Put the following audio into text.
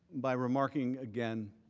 by remarking again